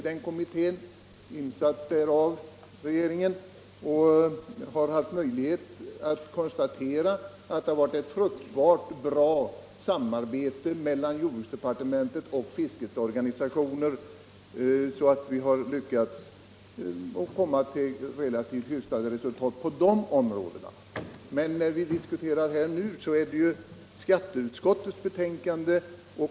Den kommittén är tillsatt av regeringen och jag har kunnat konstatera att det varit ett fruktbart samarbete mellan jordbruksdepartementet och fiskets organisationer, så att vi har lyckats komma till relativt hyfsade resultat på de områdena. Vad vi skall diskutera nu är emellertid skatteutskottets betänkande.